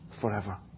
forever